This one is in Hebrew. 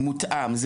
אני